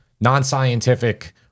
non-scientific